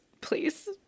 please